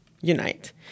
unite